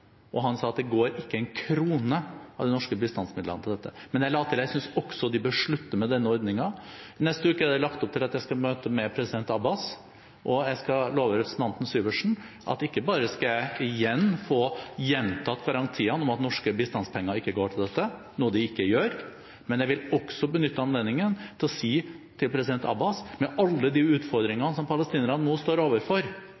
og han sa at det går ikke én krone av de norske bistandsmidlene til dette. Men jeg la til at jeg også synes de bør slutte med den ordningen. Neste uke er det lagt opp til at jeg skal ha møte med president Abbas, og jeg skal love representanten Syversen at ikke bare skal jeg igjen få gjentatt garantiene om at norske bistandspenger ikke går til dette – noe de ikke gjør – men jeg vil også benytte anledningen til å si til president Abbas, med alle de